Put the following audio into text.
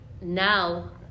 now